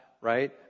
right